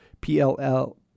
P-L-L